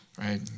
Right